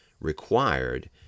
required